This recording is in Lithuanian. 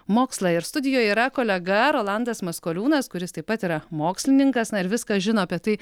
mokslą ir studijoje yra kolega rolandas maskoliūnas kuris taip pat yra mokslininkas na ir viską žino apie tai